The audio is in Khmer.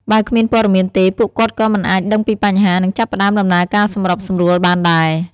បើគ្មានព័ត៌មានទេ ពួកគាត់ក៏មិនអាចដឹងពីបញ្ហា និងចាប់ផ្ដើមដំណើរការសម្របសម្រួលបានដែរ។